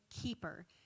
keeper